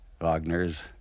wagner's